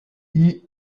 elle